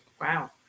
Wow